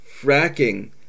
fracking